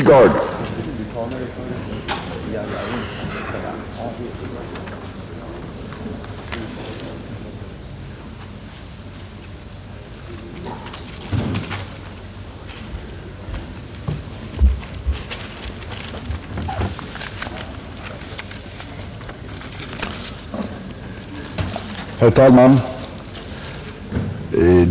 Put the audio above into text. Herr talman!